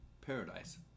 paradise